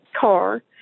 car